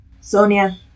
Sonia